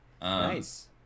Nice